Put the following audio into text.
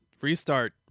restart